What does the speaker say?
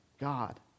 God